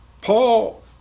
Paul